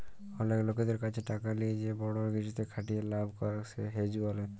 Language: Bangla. অলেক লকদের ক্যাছে টাকা লিয়ে যে বড় কিছুতে খাটিয়ে লাভ করাক কে হেজ ব্যলে